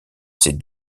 ses